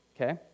Okay